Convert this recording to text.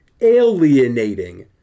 Alienating